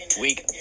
Weak